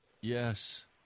Yes